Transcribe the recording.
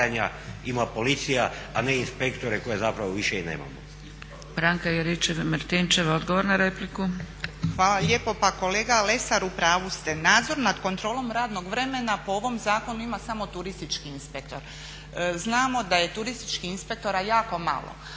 Hvala lijepo. Pa kolega Lesar u pravu ste. Nadzor nad kontrolom radnog vremena po ovom zakonu ima samo turistički inspektor. Znamo da je turističkih inspektora jako malo,